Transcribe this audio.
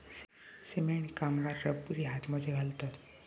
cement कामगार रबरी हातमोजे घालतत